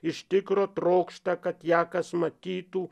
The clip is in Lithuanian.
iš tikro trokšta kad ją kas matytų